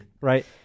right